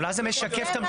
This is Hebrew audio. אבל אז זה משקף את